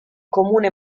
comune